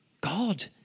God